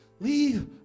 leave